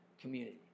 community